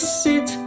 sit